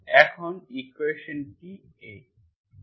এখন সমীকরণটি এই